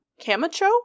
camacho